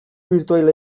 birtuala